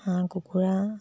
হাঁহ কুকুৰা